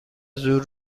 زور